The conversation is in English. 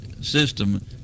System